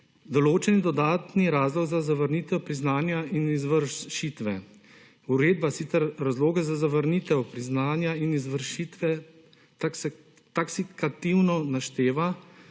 Določeni dodatni razlog za zavrnitev priznanja in izvršitve. Uredba sicer razloge za zavrnitev priznanja in izvršitve taksativno našteva,